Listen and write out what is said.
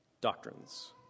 doctrines